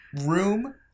Room